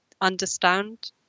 understand